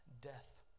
death